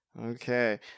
Okay